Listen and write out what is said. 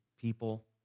people